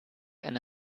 eine